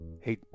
Hey